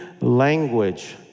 language